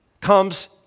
comes